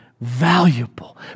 valuable